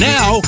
Now